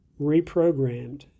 reprogrammed